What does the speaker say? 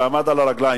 ועמד על הרגליים,